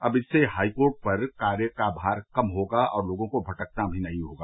अब इससे high court पर कार्य का भार कम होगा और लोगों को भी भटकना नहीं होगा